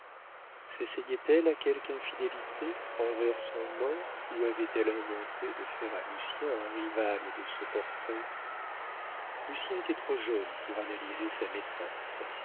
étouffés sessayait elle à quelque infidélité envers son mort ou avait-elle inventé de faire à lucien un rival de ce portrait lucien était trop jeune pour analyser sa maîtresse